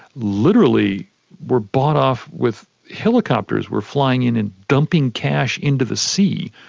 literally were bought off with. helicopters were flying in and dumping cash into the sea.